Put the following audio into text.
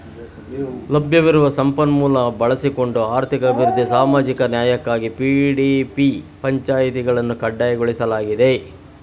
ಲಭ್ಯವಿರುವ ಸಂಪನ್ಮೂಲ ಬಳಸಿಕೊಂಡು ಆರ್ಥಿಕ ಅಭಿವೃದ್ಧಿ ಸಾಮಾಜಿಕ ನ್ಯಾಯಕ್ಕಾಗಿ ಪಿ.ಡಿ.ಪಿ ಪಂಚಾಯಿತಿಗಳನ್ನು ಕಡ್ಡಾಯಗೊಳಿಸಲಾಗಿದೆ